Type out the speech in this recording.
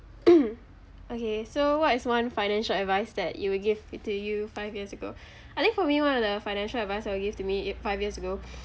okay so what is one financial advice that you will give to you five years ago I think for me one of the financial advice I will give to me five years ago